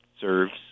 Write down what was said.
serves